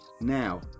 Now